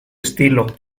estilo